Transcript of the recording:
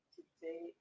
Today